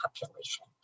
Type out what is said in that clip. population